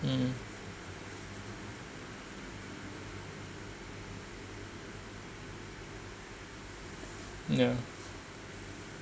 mm ya